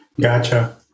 Gotcha